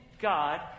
God